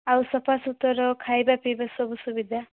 ଆଉ ସଫା ସୁତର ଖାଇବା ପିଇବା ସବୁ ସୁବିଧା